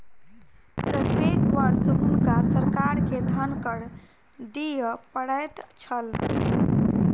प्रत्येक वर्ष हुनका सरकार के धन कर दिअ पड़ैत छल